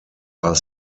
are